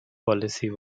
policy